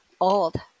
Old